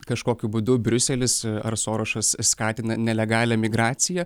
kažkokiu būdu briuselis ar sorošas skatina nelegalią migraciją